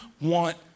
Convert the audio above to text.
want